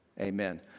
Amen